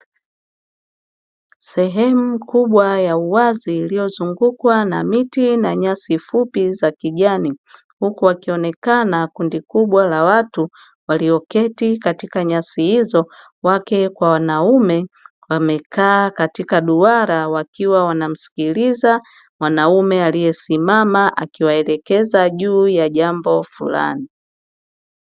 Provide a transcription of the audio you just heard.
Sehemu kubwa ya uwazi iliyozungukwa na miti na nyasi fupi za kijani huku wakionekana kundi kubwa la watu walioketi katika nyasi hizo. Wake kwa wanaume wamekaa katika duara wakiwa wanamsikiliza mwanaume aliyesimama akiwaelekeza juu ya jambo fulani.